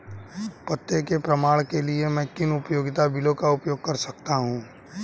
पते के प्रमाण के लिए मैं किन उपयोगिता बिलों का उपयोग कर सकता हूँ?